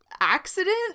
accident